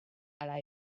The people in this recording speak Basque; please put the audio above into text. ala